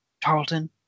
Tarleton